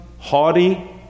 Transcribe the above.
haughty